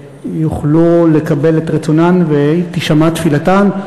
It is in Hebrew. יוכלו לקבל את רצונן ותישמע תפילתן.